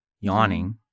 yawning